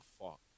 fuck